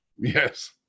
Yes